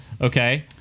okay